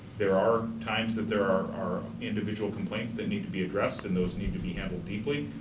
there are times that there are are individual complaints that need to be addressed and those need to be handled deeply.